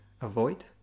avoid